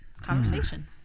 conversation